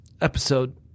episode